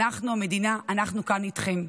אנחנו, המדינה, אנחנו כאן איתכם.